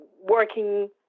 working